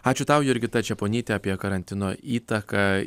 ačiū tau jurgita čeponytė apie karantino įtaką